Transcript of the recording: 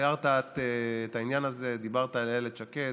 הערת את העניין הזה, דיברת על איילת שקד.